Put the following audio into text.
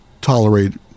tolerate